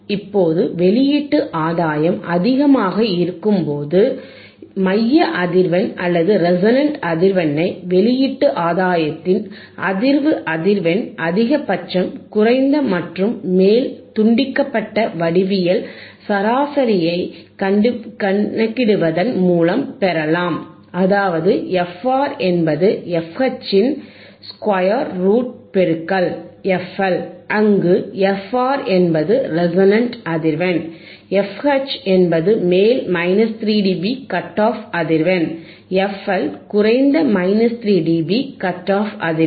இப்போது வெளியீட்டு ஆதாயம் அதிகமாக இருக்கும் போது இருக்கும் மைய அதிர்வெண் அல்லது ரெசோனன்ட் அதிர்வெண்ணை வெளியீட்டு ஆதாயத்தின் அதிர்வு அதிர்வெண் அதிகபட்சம் குறைந்த மற்றும் மேல் துண்டிக்கப்பட்ட வடிவியல் சராசரியைக் கணக்கிடுவதன் மூலம் பெறலாம் அதாவது fR என்பது fH இன் ஸ்கொயர் ரூட் பெருக்கல் fL அங்கு fR என்பது ரெசோனன்ட் அதிர்வெண் fH என்பது மேல் 3 dB கட் ஆஃப் அதிர்வெண் fL குறைந்த 3dB கட் ஆஃப் அதிர்வெண்